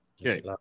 okay